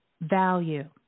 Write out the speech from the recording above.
value